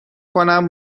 کنم